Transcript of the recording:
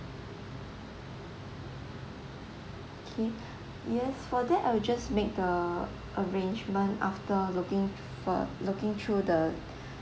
K yes for that I will just make a arrangement after looking for looking through the